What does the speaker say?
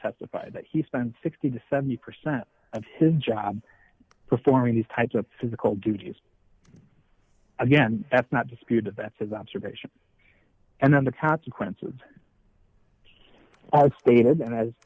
testified that he spent sixty to seventy percent of his job performing these types of physical duties again that's not disputed that's his observation and then the consequences are state